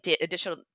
additional